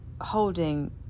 holding